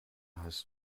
hast